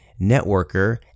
networker